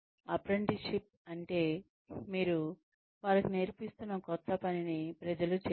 apprenticeship అంటే మీరు వారికి నేర్పిస్తున్న క్రొత్త పనిని ప్రజలు చేయడం